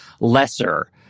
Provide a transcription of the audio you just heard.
lesser